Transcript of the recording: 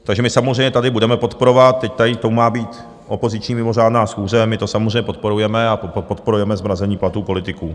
Takže my samozřejmě tady budeme podporovat, teď tady k tomu má být opoziční mimořádná schůze, my to samozřejmě podporujeme, a podporujeme zmrazení platů politiků.